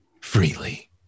freely